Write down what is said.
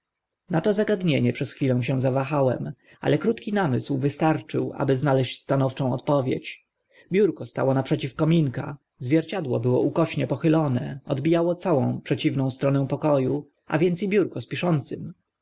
na to zagadnienie przez chwilę się zawahałem ale krótki namysł wystarczył aby znaleźć stanowczą odpowiedź biurko stało naprzeciw kominka zwierciadło było ukośnie pochylone odbijało całą przeciwną połowę poko u a więc i biurko z piszącym